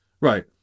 Right